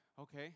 okay